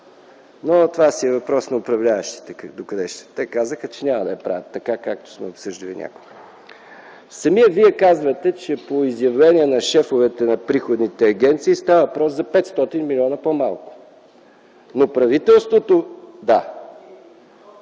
Но това си е въпрос на управляващите, те казаха, че те няма да я правят, така както сме обсъждали някога. Самият Вие казвате, че по изявления на шефовете на приходните агенции става въпрос за 500 милиона по-малко. (Реплика на